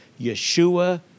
Yeshua